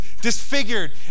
disfigured